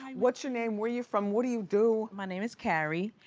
what's your name, where are you from, what do you do? my name is carrie,